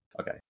Okay